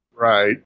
Right